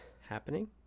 happening